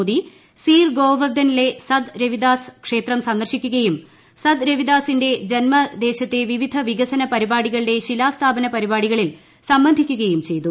മോദി സീർ ഗോവർദ്ധനിലെ സന്ത് രവി ദാസ് ക്ഷേത്രം സന്ദർശിക്കുകയും സന്ത് രവിദാസിന്റെ ജന്മദേശത്തെ വിവിധ വികസന പരിപാടികളുടെ ശിലാസ്ഥാപന പരിപാടികളിൽ സംബന്ധിക്കുകയും ചെയ്തു